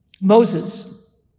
Moses